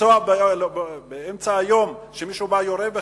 לנסוע באמצע היום ומישהו יורה בך.